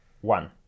One